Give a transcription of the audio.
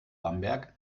bamberg